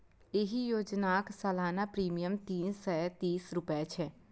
एहि योजनाक सालाना प्रीमियम तीन सय तीस रुपैया छै